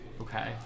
okay